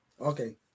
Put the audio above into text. Okay